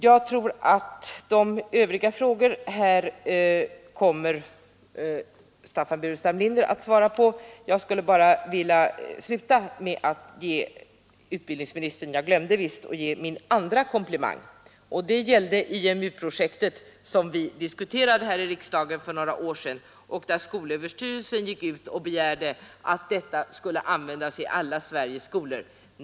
Jag tror att de övriga frågorna kommer att besvaras av herr Staffan Burenstam Linder, men jag skulle vilja sluta med att säga att jag nästan glömde att ge utbildningsministern min andra komplimang. Det gällde IMU-projektet som vi diskuterade i riksdagen för några år sedan. Skolöverstyrelsen begärde att detta skulle användas i alla Sveriges skolor.